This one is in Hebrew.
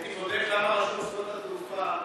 הייתי בודק למה רשות שדות התעופה,